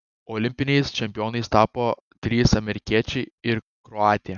olimpiniais čempionais tapo trys amerikiečiai ir kroatė